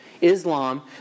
Islam